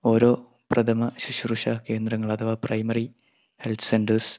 ഓരോ പ്രഥമ സുശ്രൂഷ കേന്ദ്രങ്ങൾ അധവാ പ്രൈമറി ഹെൽത്ത് സെൻ്റെർസ്